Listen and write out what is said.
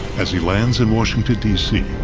as he lands in washington d c,